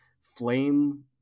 flame